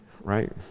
right